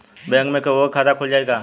Bank में केहूओ के खाता खुल जाई का?